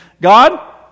God